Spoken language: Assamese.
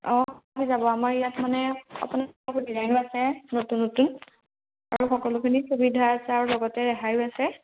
অঁ হৈ যাব আমাৰ ইয়াত মানে আপোনাৰ ডিজাইনো আছে নতুন নতুন আৰু সকলোখিনি সুবিধা আছে আৰু লগতে ৰেহাইয়ো আছে